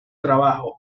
trabajo